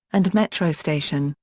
and metro station,